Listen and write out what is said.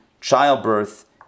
childbirth